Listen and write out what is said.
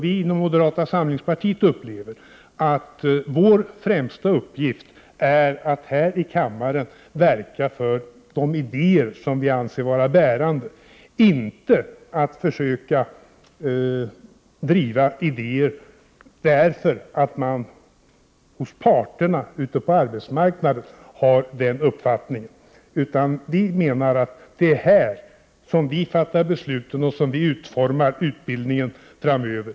Vi inom moderaterna upplever dock, Lars Svensson, att vår främsta uppgift är att här i kammaren verka för de idéer som vi anser vara bärande, inte att försöka driva idéer därför att man hos parterna ute på arbetsmarknaden har en eller annan uppfattning. Här i kammaren fattar vi besluten och utformar utbildningen framöver.